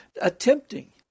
attempting